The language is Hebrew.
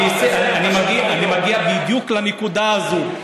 אני מגיע בדיוק לנקודה הזאת.